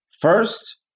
First